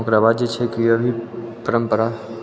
ओकरा बाद छै कि अभी परम्परा